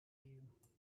you